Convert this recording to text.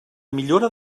millora